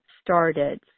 started